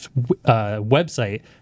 website